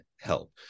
help